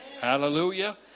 Hallelujah